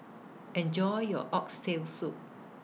Enjoy your Oxtail Soup